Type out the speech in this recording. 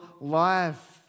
life